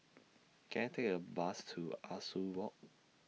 Can I Take A Bus to Ah Soo Walk